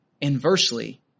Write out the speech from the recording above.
inversely